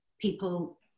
people